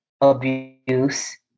abuse